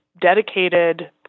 dedicated